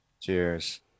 Cheers